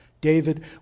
David